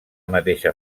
mateixa